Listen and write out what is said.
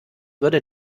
würde